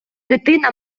дитина